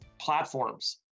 platforms